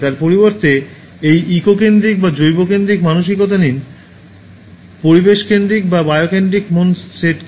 তার পরিবর্তে এই ইকো কেন্দ্রিক বা জৈব কেন্দ্রিক মানসিকতা নিন পরিবেশ কেন্দ্রিক বা বায়ো কেন্দ্রিক মন সেট কি